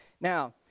now